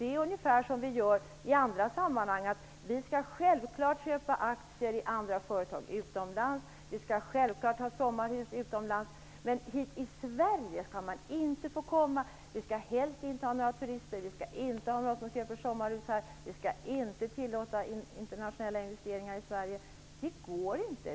Det är ungefär så vi resonerar i andra sammanhang. Vi skall självklart köpa aktier i andra företag utomlands, vi skall självklart ha sommarhus utomlands, men hit till Sverige skall inga andra få komma. Vi skall helst inte ha några turister, vi skall inte ha några utifrån som köper sommarhus här, vi skall inte tillåta internationella investeringar i Sverige. Det går inte.